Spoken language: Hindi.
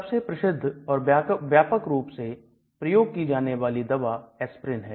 सबसे प्रसिद्ध और व्यापक रूप से प्रयोग की जाने वाली दवा एस्प्रिन है